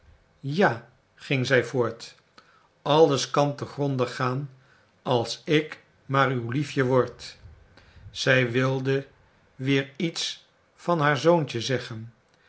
ja ging zij voort alles kan te gronde gaan als ik maar uw liefje word zij wilde weer iets van haar zoontje zeggen